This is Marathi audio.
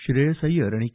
श्रेयस अय्यर आणि के